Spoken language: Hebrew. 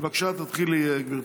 בבקשה תתחילי, גברתי.